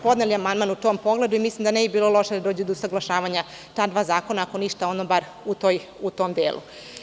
Podneli smo amandman u tom pogledu i mislim da ne bi bilo loše da dođe do usaglašavanja ta dva zakona, ako ništa, onda barem u tom delu.